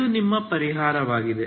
ಇದು ನಿಮ್ಮ ಪರಿಹಾರವಾಗಿದೆ